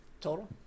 Total